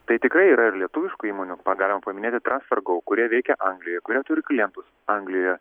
tai tikrai yra ir lietuviškų įmonių paga galim paminėti transfergo kurie veikia anglijoj kurie turi kientus anglijoje